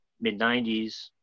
mid-90s